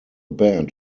band